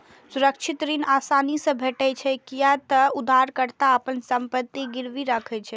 सुरक्षित ऋण आसानी से भेटै छै, कियै ते उधारकर्ता अपन संपत्ति गिरवी राखै छै